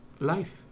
Life